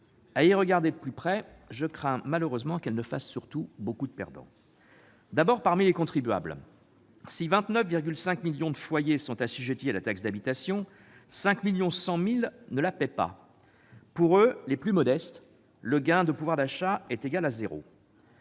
À y regarder de plus près, je crains, malheureusement, qu'elle ne fasse surtout beaucoup de perdants, d'abord, parmi les contribuables. Si 29,5 millions de foyers sont assujettis à la taxe d'habitation, 5,1 millions ne la paient pas. Pour eux, les plus modestes, le gain de pouvoir d'achat est égal à zéro.